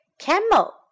Camel